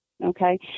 Okay